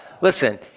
listen